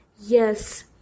yes